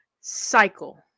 cycle